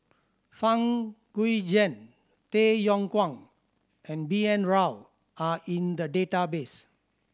Fang Guixiang Tay Yong Kwang and B N Rao are in the database